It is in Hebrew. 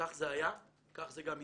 כך זה היה, כך זה גם יהיה.